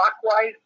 clockwise